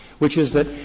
which is that,